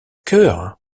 cœur